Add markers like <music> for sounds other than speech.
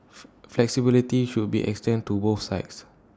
<noise> flexibility should be extended to both sides